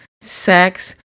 sex